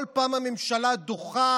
כל פעם הממשלה דוחה